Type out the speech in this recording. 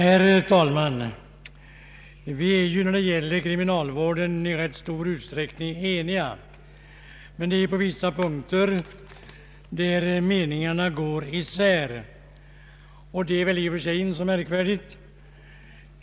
Herr talman! Vi är i rätt stor utsträckning eniga när det gäller kriminalvården. Men på vissa punkter går meningarna isär, och det är väl i och för sig inte så märkvärdigt.